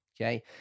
okay